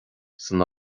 san